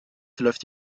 verläuft